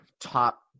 top